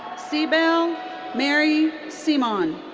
cibel mary semaan.